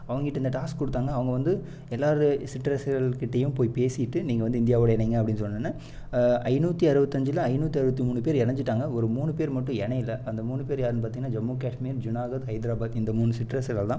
அவங்க கிட்ட இந்த டாஸ்க் கொடுத்தாங்க அவங்க வந்து எல்லார் சிற்றரசர்கள் கிட்டையும் போய் பேசிவிட்டு நீங்கள் வந்து இந்தியாவோட இணைங்க அப்படின்னு சொன்னோன ஐநூற்றி அறுபத்தஞ்சில ஐநூற்றி அறுபத்தி மூணு பேர் எணைஞ்சிட்டாங்க ஒரு மூணு பேர் மட்டும் இணையல அந்த மூணு பேர் யாருனு பார்த்திங்கன்னா ஜம்மு காஷ்மீர் ஜுனாகர் ஹைத்ராபாத் இந்த மூணு சிற்றரசர்கள் தான்